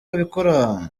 babikora